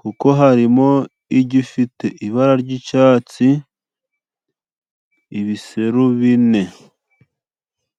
kuko harimo agafite ibara ry'icyatsi, ibiseru bine.